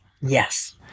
yes